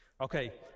Okay